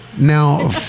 Now